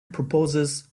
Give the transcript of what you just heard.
proposes